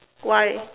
why